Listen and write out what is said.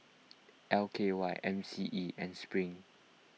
L K Y M C E and Spring